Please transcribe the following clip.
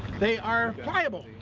they are pliable.